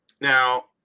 now